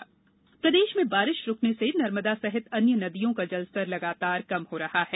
बाढ़ स्वास्थ्य प्रदेश में बारिश रूकने से नर्मदा सहित अन्य नदियों का जलस्तर लगातार कम हो रहा है